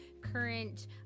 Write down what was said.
current